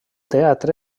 teatre